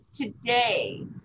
today